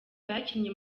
bakinnye